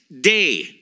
day